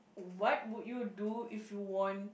what would you do if you won